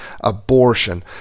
abortion